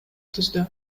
түздү